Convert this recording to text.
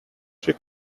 she